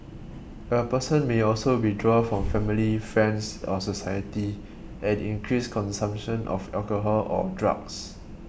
a person may also withdraw from family friends or society and increase consumption of alcohol or drugs